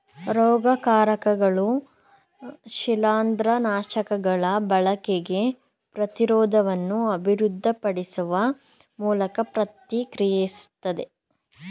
ರೋಗಕಾರಕಗಳು ಶಿಲೀಂದ್ರನಾಶಕಗಳ ಬಳಕೆಗೆ ಪ್ರತಿರೋಧವನ್ನು ಅಭಿವೃದ್ಧಿಪಡಿಸುವ ಮೂಲಕ ಪ್ರತಿಕ್ರಿಯಿಸ್ತವೆ